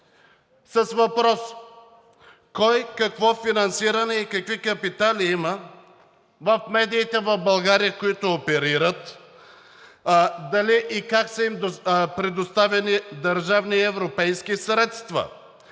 Петков: кой, какво финансиране и какви капитали има в медиите в България, с които оперират, дали и как са им предоставени държавни и европейски средства,